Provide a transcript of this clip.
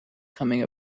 coming